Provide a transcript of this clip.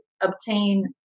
obtain